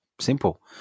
simple